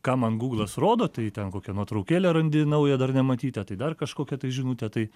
ką man gūglas rodo tai ten kokią nuotraukėlę randi naują dar nematytą tai dar kažkokią tai žinutę tai